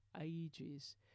ages